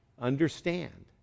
understand